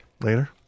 later